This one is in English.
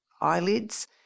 eyelids